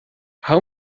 how